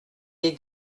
des